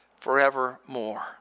forevermore